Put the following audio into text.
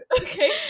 Okay